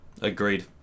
agreed